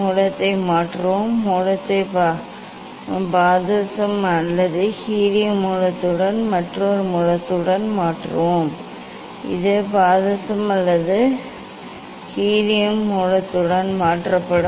மூலத்தை மாற்றுவோம் மூலத்தை பாதரசம் அல்லது ஹீலியம் மூலத்துடன் மற்றொரு மூலத்துடன் மாற்றுவோம் இது பாதரசம் அல்லது ஹீலியம் மூலத்துடன் மாற்றப்படும்